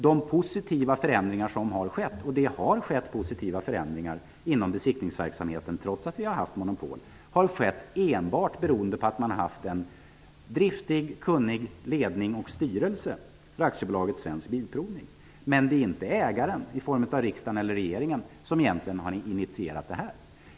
De positiva förändringar som har skett inom besiktningsverksamheten, trots att vi har haft monopol, har enbart berott på att man haft en driftig och kunnig ledning och styrelse för AB Svensk Bilprovning. Men det är inte ägaren i form av riksdagen eller regeringen som egentligen har initierat detta.